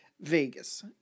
Vegas